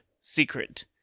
secret